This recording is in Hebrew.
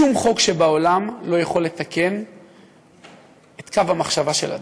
שום חוק בעולם לא יכול לתקן את קו המחשבה של אדם.